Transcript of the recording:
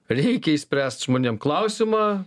reikia išspręsti žmonėm klausimą